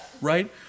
right